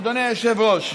אדוני היושב-ראש,